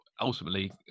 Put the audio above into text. Ultimately